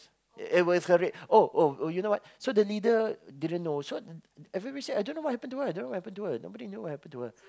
uh with her rape oh oh oh you know what so the leader didn't know so everybody said I don't know what happen to her I don't what happen to her nobody knew what happen to her